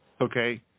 okay